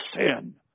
sin